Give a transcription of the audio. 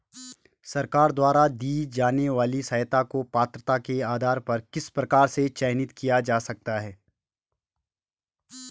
सरकार द्वारा दी जाने वाली सहायता को पात्रता के आधार पर किस प्रकार से चयनित किया जा सकता है?